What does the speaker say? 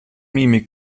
mimik